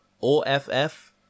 OFF